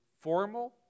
formal